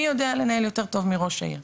מי יודע לנהל יותר טוב מראש העיר,